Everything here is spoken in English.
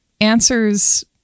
answers